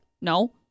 No